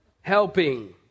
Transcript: Helping